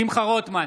שמחה רוטמן,